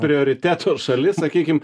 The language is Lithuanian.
prioriteto šalis sakykim